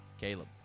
Caleb